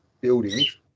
buildings